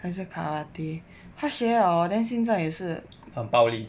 还是 karate 他学 liao [ho] 他现在还是